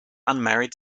unmarried